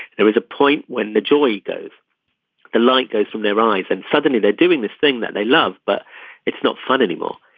there was a point when the joy goes the light goes through their eyes and suddenly they're doing this thing that they love. but it's not fun anymore.